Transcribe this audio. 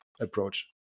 approach